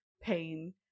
pain